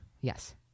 Yes